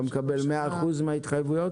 אתה מקבל 100% מן ההתחייבויות?